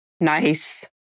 Nice